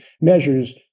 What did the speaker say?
measures